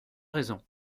raison